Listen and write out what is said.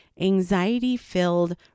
anxiety-filled